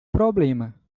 problema